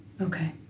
Okay